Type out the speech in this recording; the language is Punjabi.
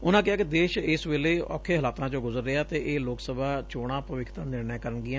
ਉਨੂਾ ਕਿਹਾ ਕਿ ਦੇਸ਼ ਇਸ ਵੇਲੇ ਔਖੇ ਹਾਲਾਤਾਂ ਚੋ ਗੁਜ਼ਰ ਰਿਹੈ ਅਤੇ ਇਹ ਲੋਕ ਸਭਾ ਚੋਣਾਂ ਭਵਿੱਖ ਦਾ ਨਿਰਣੈ ਕਰਨਗੀਆਂ